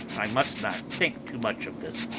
i must not think too much of this,